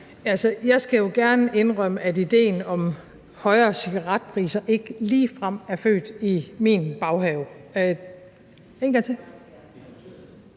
Jeg skal jo gerne indrømme, at ideen om højere cigaretpriser ikke ligefrem er født i min baghave.